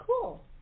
Cool